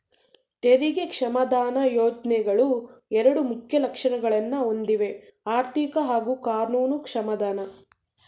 ತೆರಿಗೆ ಕ್ಷಮಾದಾನ ಯೋಜ್ನೆಗಳು ಎರಡು ಮುಖ್ಯ ಲಕ್ಷಣಗಳನ್ನ ಹೊಂದಿವೆಆರ್ಥಿಕ ಹಾಗೂ ಕಾನೂನು ಕ್ಷಮಾದಾನ